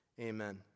Amen